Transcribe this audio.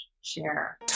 share